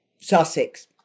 Sussex